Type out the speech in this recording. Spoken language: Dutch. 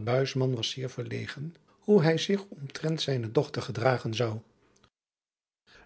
buisman was zeer verlegen hoe hij zich omtrent zijne dochter gedragen zou